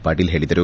ಪಾಟೀಲ್ ಹೇಳಿದರು